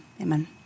Amen